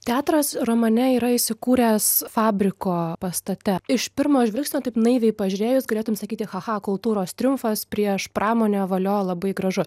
teatras romane yra įsikūręs fabriko pastate iš pirmo žvilgsnio taip naiviai pažiūrėjus galėtume sakyti cha cha kultūros triumfas prieš pramonę valio labai gražu